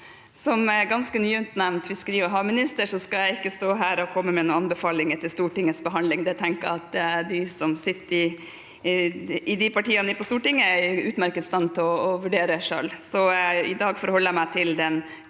Som ganske nyutnevnt fiskeri- og havminister skal jeg ikke stå her og komme med noen anbefalinger til Stortingets behandling. Det tenker jeg at de som sitter i de partiene på Stortinget, er i utmerket stand til å vurdere selv. I dag forholder jeg meg til den